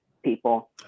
people